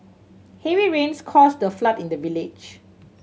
heavy rains caused a flood in the village